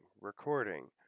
recording